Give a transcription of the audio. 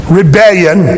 rebellion